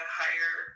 higher